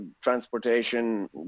transportation